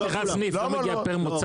למה לא?